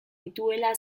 dituela